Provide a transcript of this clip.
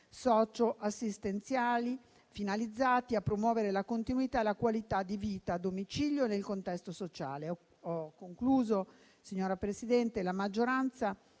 socio assistenziali, finalizzati a promuovere la continuità e la qualità di vita, a domicilio e nel contesto sociale. Signor Presidente, la maggioranza